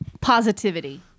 positivity